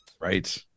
right